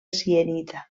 sienita